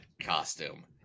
costume